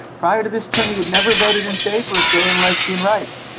prior to this term, he had never voted in favor of gay and lesbian rights.